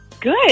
good